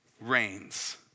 reigns